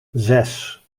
zes